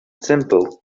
simple